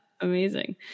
amazing